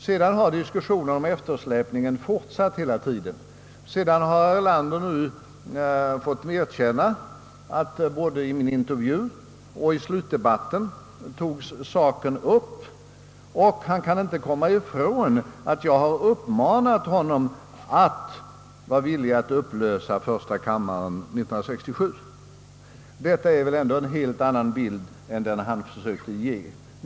Sedan har diskussionen om eftersläpningen fortsatt av och till. Herr Erlander har nu fått erkänna att saken togs upp både i min TV-intervju och i slutdebatten. Han kan inte komma ifrån att jag uppmanade honom att vara villig att upplösa första kammaren 1967. Detta är väl ändå en helt annan bild än den han försökte ge.